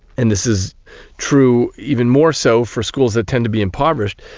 and this is true even more so for schools that tend to be impoverished,